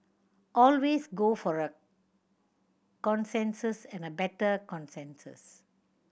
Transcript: always go for a consensus and a better consensus